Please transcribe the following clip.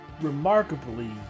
remarkably